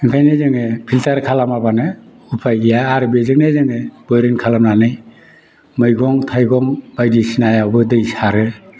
ओंखायनो जोङो फिल्टार खालामाबानो उफाय गैया आरो बेजोंनो जोङो बयरिं खालामनानै मैगं थाइगं बायदिसिनायावबो दै सारो